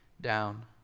down